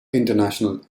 international